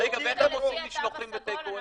רגע, ואיך הם עושים משלוחים וטייק אוויי?